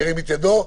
ירים את ידו.